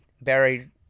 buried